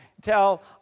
tell